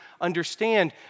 understand